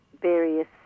various